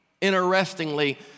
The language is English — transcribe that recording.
interestingly